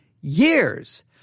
years